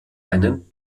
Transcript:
einen